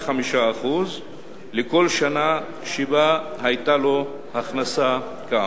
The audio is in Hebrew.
ב-5% לכל שנה שבה היתה לו הכנסה כאמור".